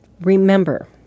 Remember